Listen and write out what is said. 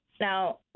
Now